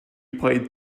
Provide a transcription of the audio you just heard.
played